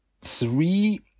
three